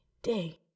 day